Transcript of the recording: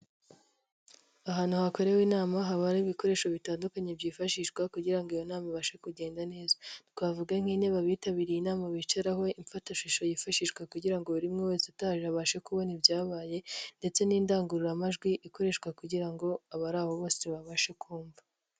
Ahantu hakorewe inama, haba ibikoresho bitandukanye byifashishwa kugira ngo iyo nama ibashe kugenda neza, twavuga nk'intebe abitabiriye inama bicaraho, imfatashusho yifashishwa kugira ngo buri wese utaje, abashe kubona ibyabaye ndetse n'indangururamajwi, ikoreshwa kugira ngo abari aho bose babashe kumva.